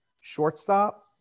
shortstop